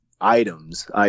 items